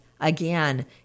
again